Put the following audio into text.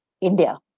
India